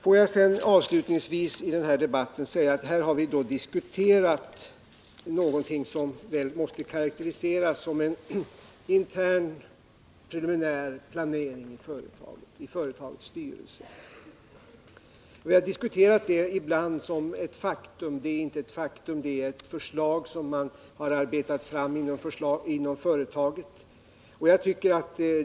Får jag avslutningsvis i denna debatt konstatera att vi här har diskuterat någonting som väl måste karakteriseras som en intern preliminär planering i företagets styrelse. Vi har ibland diskuterat som om förändringen vore ett faktum. Den är inte ett faktum, utan den är ett förslag som har arbetats fram inom företaget.